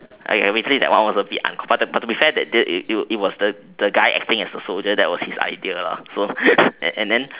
I basically that one was a bit but but to be fair the the one it was the the playing as the soldier was his idea ah and then